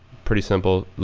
pretty simple.